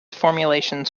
formulations